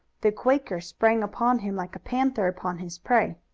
the quaker sprang upon him like a panther upon his prey.